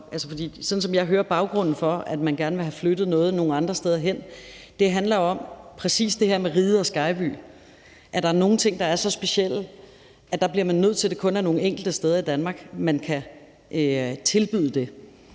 for sådan som jeg hører baggrunden for, at man gerne vil have flyttet noget nogle andre steder hen, handler det om præcis det her med Riget og Skejby, altså at der er nogle ting, der er så specielle, at man bliver nødt til at sige, at det kun er nogle enkelte steder i Danmark, man kan tilbyde det,